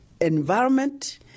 environment